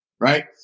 right